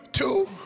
Two